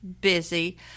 busy